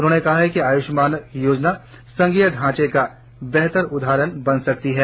उन्होंने कहा कि आयुष्मान योजना संघीय ढांचे का बेहतर उदाहरण बन सकती है